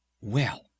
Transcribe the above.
Well